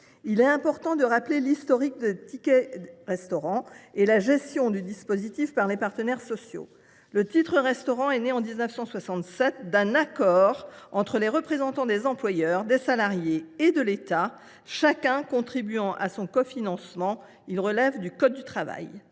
Il est important de rappeler l’historique de ces tickets restaurant et la gestion du dispositif par les partenaires sociaux. Ce titre est né en 1967, d’un accord entre représentants des employeurs, des salariés et de l’État, chacun contribuant à son cofinancement. Il relève du code du travail.